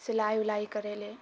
सिलाइ उलाइ करय लए